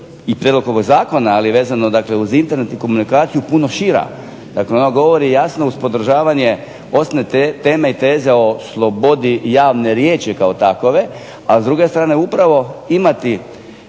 i prijedlog ovoga zakona, ali vezana uz Internet i komunikaciju puno šira, dakle ona govori jasno uz podržavanju osnovne teme i teze o slobodi javne riječi kao takove a s druge strane upravo imati